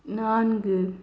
நான்கு